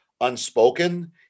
unspoken